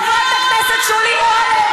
חברת הכנסת שולי מועלם.